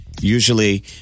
Usually